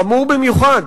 חמור במיוחד,